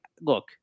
Look